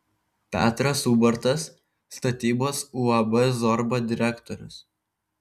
petras ubartas statybos uab zorba direktorius